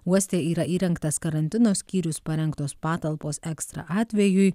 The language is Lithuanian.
uoste yra įrengtas karantino skyrius parengtos patalpos extra atvejui